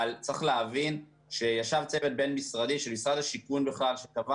אבל צריך להבין שישב צוות בין-משרדי של משרד השיכון בכלל שקבע